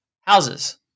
houses